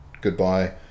goodbye